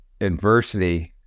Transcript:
adversity